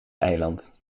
eiland